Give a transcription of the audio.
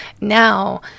now